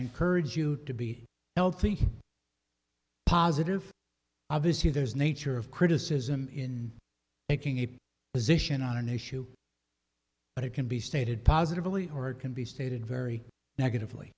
encourage you to be healthy positive obviously there's nature of criticism in taking a position on an issue but it can be stated positively or it can be stated very negatively